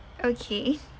okay